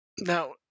Now